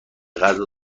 غذا